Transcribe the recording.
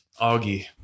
augie